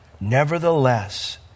Nevertheless